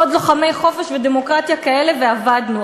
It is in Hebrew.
עוד לוחמי חופש ודמוקרטיה כאלה ואבדנו.